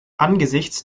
angesichts